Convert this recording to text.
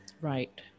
Right